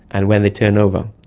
and when they turn over.